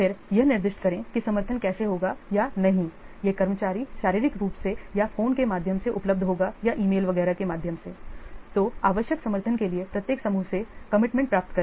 फिर यह निर्दिष्ट करें कि समर्थन कैसे होगा या नहीं यह कर्मचारी शारीरिक रूप से या फोन के माध्यम से उपलब्ध होगा या ईमेल वगैरह तो आवश्यक समर्थन के लिए प्रत्येक समूह से कमिटमेंट प्राप्त करें